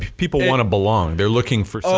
people wanna belong they are looking for